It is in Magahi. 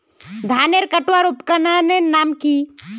धानेर कटवार उपकरनेर नाम की?